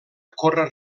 córrer